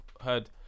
heard